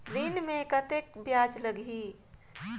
ऋण मे कतेक ब्याज लगही?